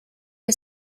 que